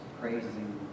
praising